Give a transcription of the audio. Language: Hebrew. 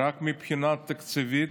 ביטול החל"ת, רק מבחינה תקציבית,